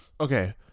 okay